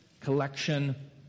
collection